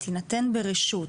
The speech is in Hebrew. תינתן ברשות.